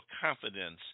confidence